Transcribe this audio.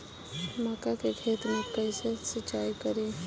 मका के खेत मे कैसे सिचाई करी?